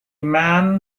man